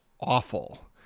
awful